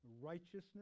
righteousness